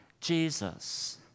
Jesus